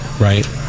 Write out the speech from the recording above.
right